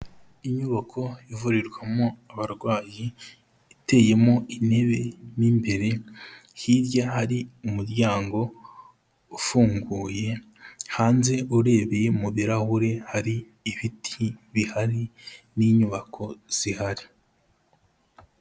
Inyubako ivurirwamo abarwayi iteyemo intebe mo imbere, hirya hari umuryango ufunguye, hanze urebeye mu birahure hari ibiti bihari n'inyubako zihari.